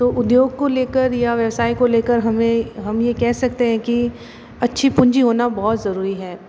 तो उद्योग को लेकर या व्यवसाय को लेकर हमें हम ये कह सकते हैं के अच्छी पूंजी होना बहुत जरूरी है